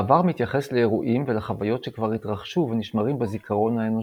העבר מתייחס לאירועים ולחוויות שכבר התרחשו ונשמרים בזיכרון האנושי.